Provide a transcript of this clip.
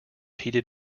heated